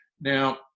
Now